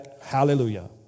hallelujah